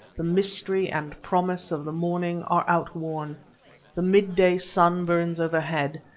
the mystery and promise of the morning are outworn the mid-day sun burns overhead,